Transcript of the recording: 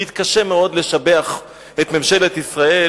שבגללו אני מאוד מתקשה לשבח את ממשלת ישראל,